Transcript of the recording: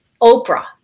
Oprah